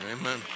Amen